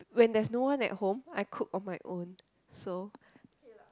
when there's no one at home I cook on my own so